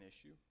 issue